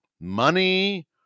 money